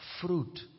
fruit